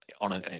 on